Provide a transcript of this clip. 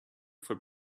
for